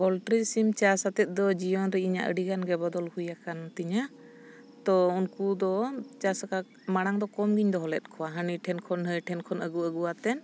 poultry ᱥᱤᱢ ᱪᱟᱥ ᱟᱛᱮᱫ ᱫᱚ ᱡᱤᱭᱚᱱ ᱨᱮ ᱤᱧᱟᱹᱜ ᱟᱹᱰᱤ ᱜᱟᱱᱜᱮ ᱵᱚᱫᱚᱞ ᱦᱩᱭ ᱟᱠᱟᱱ ᱛᱤᱧᱟᱹ ᱛᱚ ᱩᱱᱠᱩ ᱫᱚ ᱪᱟᱥ ᱟᱠᱟᱫ ᱢᱟᱲᱟᱝ ᱫᱚ ᱠᱚᱢ ᱜᱤᱧ ᱫᱚᱦᱚ ᱞᱮᱫ ᱠᱚᱣᱟ ᱦᱟᱹᱱᱤ ᱴᱷᱮᱱ ᱠᱷᱚᱱ ᱱᱟᱹᱭ ᱴᱷᱮᱱ ᱠᱷᱚᱱ ᱟᱹᱜᱩ ᱟᱹᱜᱩ ᱟᱛᱮᱱ